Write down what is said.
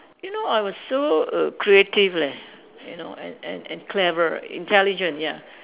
you know I was so err creative leh you know and and and clever intelligent ya